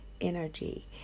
energy